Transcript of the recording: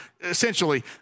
essentially